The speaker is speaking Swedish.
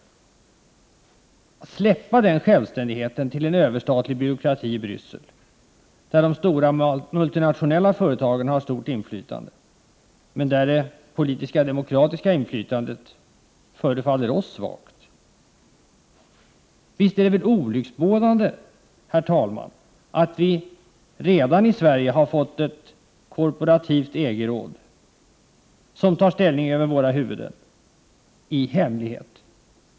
Skall vi släppa den självständigheten till en överstatlig byråkrati i Bryssel där de stora multinationella företagen har ett stort inflytande, men där det politiska och demokratiska inflytandet förefaller oss svagt? Visst är det väl olycksbådande, herr talman, att Sverige redan har fått ett korporativt EG-råd, som i hemlighet tar ställning över våra huvuden.